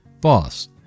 Boss